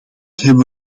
hebben